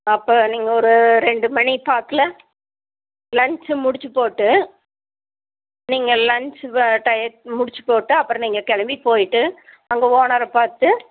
அப்போ நீங்கள் ஒரு ரெண்டு மணி தாக்கில் லன்ச்சு முடிச்சுப்போட்டு நீங்கள் லன்ச்சு டய முடிச்சிட்டுபோட்டு அப்புறம் நீங்கள் கிளம்பி போயிவிட்டு அங்கே ஓனரைப் பார்த்து